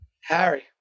Harry